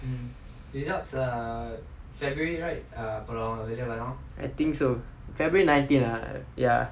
I think so february nineteen err ya